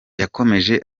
yakomeje